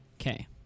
Okay